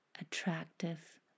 attractive